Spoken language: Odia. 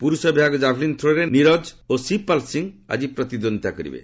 ପୁରୁଷ ବିଭାଗ କାଭ୍ଲିନ୍ ଥ୍ରୋରେ ନିରଜ ଓ ଶିବ ପାଲ୍ ସିଂହ ଆଜି ପ୍ରତିଦ୍ୱନ୍ଦୀତା କରିବେ